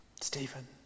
Stephen